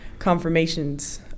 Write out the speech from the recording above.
confirmations